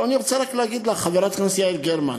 אני רוצה רק להגיד לך, חברת הכנסת יעל גרמן,